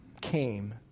came